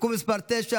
(תיקון מס' 9),